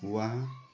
वाह